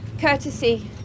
courtesy